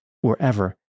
wherever